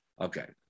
Okay